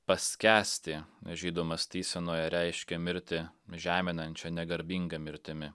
paskęsti žydų mąstysenoje reiškia mirti žeminančia negarbinga mirtimi